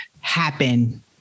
happen